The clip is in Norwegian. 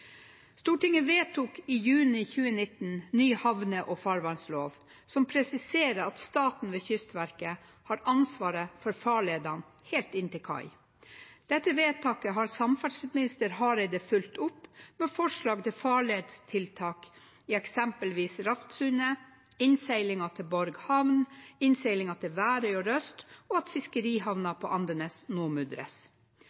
Stortinget vedtok i juni 2019 ny havne- og farvannslov, som presiserer at staten ved Kystverket har ansvar for farledene helt inn til kai. Dette vedtaket har samferdselsminister Hareide fulgt opp med forslag til farledstiltak i eksempelvis Raftsundet, innseilingen til Borg havn, innseilingen til Værøy og Røst, og at